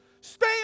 Stay